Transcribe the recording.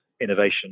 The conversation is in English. innovation